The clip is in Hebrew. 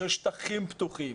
של שטחים פתוחים.